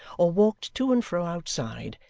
or walked to and fro outside,